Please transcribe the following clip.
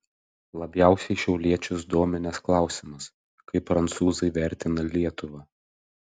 labiausiai šiauliečius dominęs klausimas kaip prancūzai vertina lietuvą